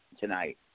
tonight